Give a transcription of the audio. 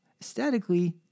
aesthetically